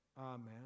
Amen